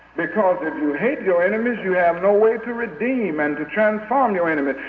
because if you hate your enemies, you have no way to redeem and to transform your enemies.